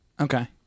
Okay